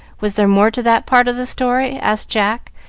was there more to that part of the story? asked jack,